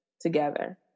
together